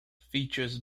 features